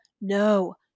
No